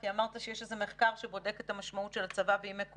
כי אמרת שיש איזה מחקר שבודק את המשמעות של הצבא בימי קורונה,